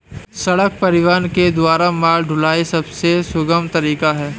सड़क परिवहन के द्वारा माल ढुलाई सबसे सुगम तरीका है